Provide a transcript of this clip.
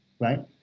right